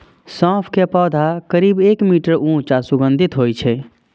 सौंफ के पौधा करीब एक मीटर ऊंच आ सुगंधित होइ छै